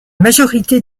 majorité